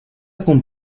con